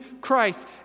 Christ